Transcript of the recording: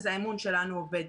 אז האמון שלנו אובד.